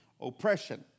oppression